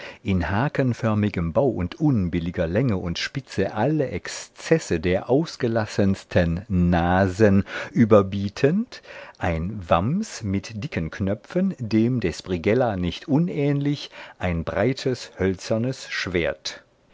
in hakenförmigem bau und unbilliger länge und spitze alle exzesse der ausgelassensten nasen überbietend ein wams mit dicken knöpfen dem des brighella nicht unähnlich ein breites hölzernes schwert